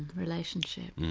relationship.